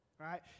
right